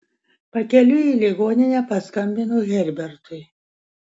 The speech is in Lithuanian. pakeliui į ligoninę paskambinu herbertui